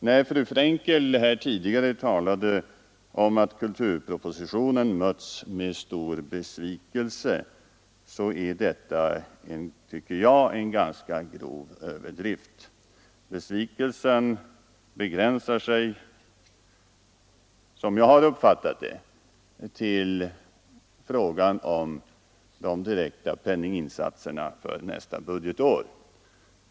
När fru Frenkel här tidigare talade om att kulturpropositionen har mötts med stor besvikelse är detta, tycker jag, en ganska grov överdrift. Som jag har uppfattat det begränsar sig besvikelsen till frågan om de direkta penninginsatserna för nästa budgetår.